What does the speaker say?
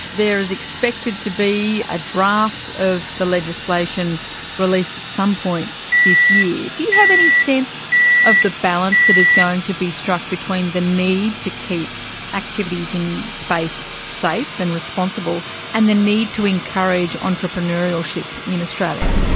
there is expected to be a draft of the legislation released at some point this year. do you have any sense of the balance that is going to be struck between the need to keep activities in space safe and responsible and the need to encourage entrepreneurship in australia?